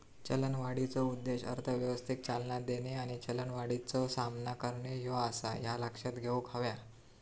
चलनवाढीचो उद्देश अर्थव्यवस्थेक चालना देणे आणि चलनवाढीचो सामना करणे ह्यो आसा, ह्या लक्षात घेऊक हव्या